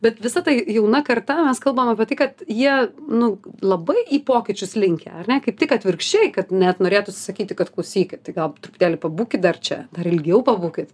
bet visa ta jauna karta mes kalbam apie tai kad jie nu labai į pokyčius linkę ar ne kaip tik atvirkščiai kad net norėtųsi sakyti kad klausykit tai gal truputėlį pabūkit dar čia dar ilgiau pabūkit